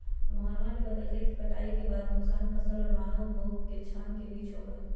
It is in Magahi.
मोहनवा ने बतल कई कि कटाई के बाद के नुकसान फसल और मानव उपभोग के क्षण के बीच होबा हई